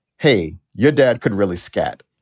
hey, your dad could really scat.